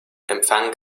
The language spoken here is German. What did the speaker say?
empfang